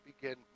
begin